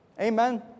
amen